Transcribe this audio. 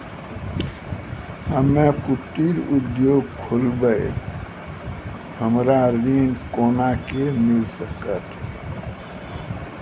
हम्मे कुटीर उद्योग खोलबै हमरा ऋण कोना के मिल सकत?